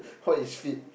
what is fit